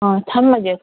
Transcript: ꯑꯥ ꯊꯝꯂꯒꯦ